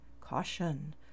caution